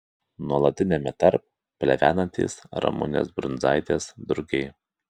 nuolatiniame tarp plevenantys ramunės brundzaitės drugiai